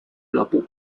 俱乐部